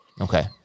Okay